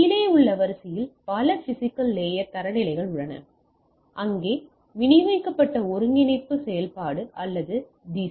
இது கீழேயுள்ள வரிசையில் பல பிஸிக்கல் லேயர் தரநிலைகள் உள்ளன அங்கே விநியோகிக்கப்பட்ட ஒருங்கிணைப்பு செயல்பாடு அல்லது டி